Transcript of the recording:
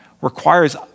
requires